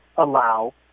allow